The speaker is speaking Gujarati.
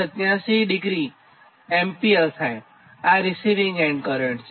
87° એમ્પિયર થાય આ રિસીવીંગ એન્ડ કરંટ છે